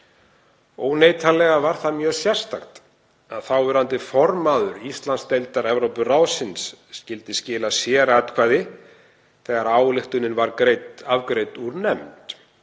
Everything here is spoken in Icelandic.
Óneitanlega var það mjög sérstakt að þáverandi formaður Íslandsdeildar Evrópuráðsins skyldi skila sératkvæði þegar ályktunin var afgreidd úr nefnd